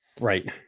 Right